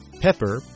pepper